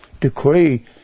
decree